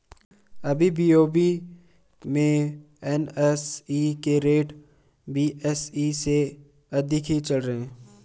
अभी बी.ओ.बी में एन.एस.ई के रेट बी.एस.ई से अधिक ही चल रहे हैं